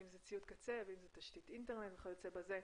אם זה ציוד קצה ואם זו תשתית אינטרנט וכיוצא בזה.